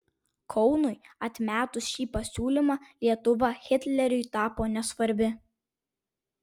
kaunui atmetus šį pasiūlymą lietuva hitleriui tapo nesvarbi